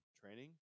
training